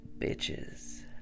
bitches